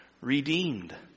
redeemed